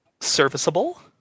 serviceable